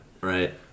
Right